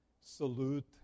salute